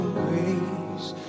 grace